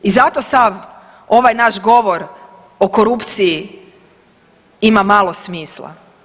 I zato sav ovaj naš govor o korupciji ima malo smisla.